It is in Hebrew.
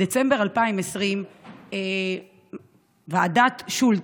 בדצמבר 2020 ועדת שולט,